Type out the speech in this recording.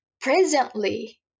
presently